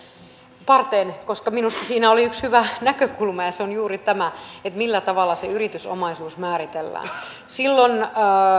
puheenparteen koska minusta siinä oli yksi hyvä näkökulma ja se on juuri tämä että millä tavalla se yritysomaisuus määritellään silloin